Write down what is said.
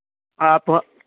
آپ